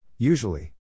Usually